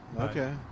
okay